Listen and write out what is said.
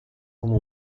come